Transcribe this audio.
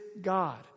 God